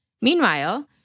Meanwhile